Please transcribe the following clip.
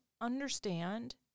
understand